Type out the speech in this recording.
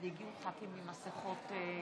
אני מציגה את הצעת חוק סדר הדין הפלילי (סמכויות אכיפה,